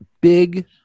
big